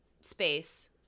space